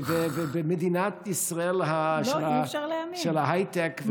ובמדינת ישראל של ההייטק,